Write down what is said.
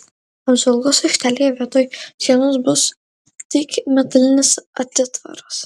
apžvalgos aikštelėje vietoj sienos bus tik metalinis atitvaras